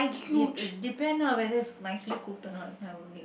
it depend lah whether it's nicely cooked or not if not I won't eat